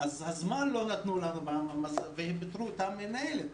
אבל לא נשאר לנו זמן כאשר פיטרו את המנהלת.